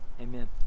Amen